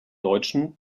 deutschen